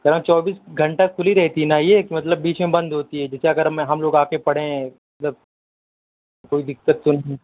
سر ہاں چوبیس گھنٹہ کھلی رہتی ہے نا یہ کہ مطلب بیچ میں بند ہوتی ہے جیسے اگر ہمیں ہم لوگ آ کے پڑھیں مطلب کوئی دقت تو نہیں